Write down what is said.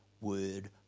word